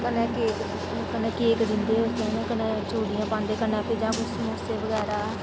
कन्नै केक कटदे कन्नै चूड़ियां पांदे कन्नै समोसे बगैरा